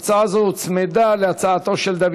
יש דברים שכדאי וצריך להעביר עליהם